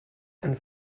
and